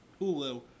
Hulu